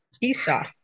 Esau